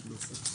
זאת הכוונה?